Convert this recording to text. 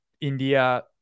India